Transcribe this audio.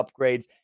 upgrades